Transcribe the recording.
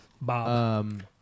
Bob